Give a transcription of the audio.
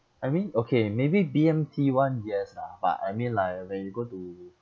I mean okay maybe B_M_T [one] yes lah but I mean like when you go to